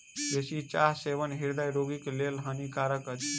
बेसी चाहक सेवन हृदय रोगीक लेल हानिकारक अछि